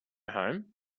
home